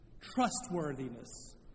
trustworthiness